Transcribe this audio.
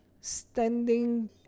standing